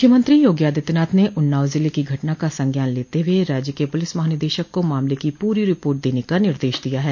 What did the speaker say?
मुख्यमंत्री योगी आदित्यनाथ ने उन्नाव ज़िले की घटना का संज्ञान लेते हुए राज्य के पुलिस महानिदेशक को मामले की पूरी रिपोर्ट देने का निर्देश दिया है